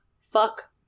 Fuck